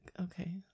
Okay